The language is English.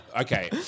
okay